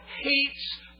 hates